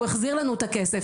הוא החזיר לנו את הכסף".